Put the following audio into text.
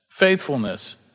faithfulness